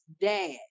dad